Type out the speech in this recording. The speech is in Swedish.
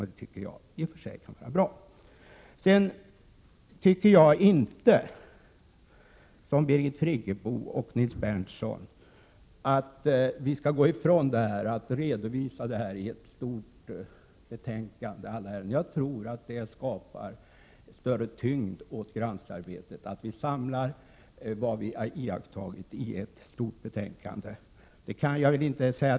Det tycker jag i och för sig kan vara bra. Sedan tycker jag inte som Birgit Friggebo och Nils Berndtson, att vi skall gå ifrån att redovisa alla ärenden i ett stort betänkande. Jag tror att det skapar större tyngd åt granskningsarbetet att vi samlar allt vi iakttagit i ett stort betänkande.